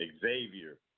Xavier